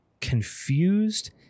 confused